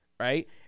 Right